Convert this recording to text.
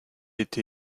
été